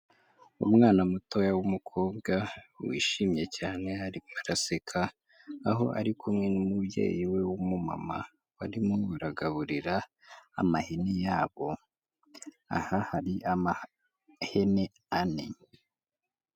Umwana mutoya w'umukobwa wishimye cyane arimo araseka, aho ari kumwe n'umubyeyi we w'umumama barimo baragaburira amahene yabo, aha hari amahene ane.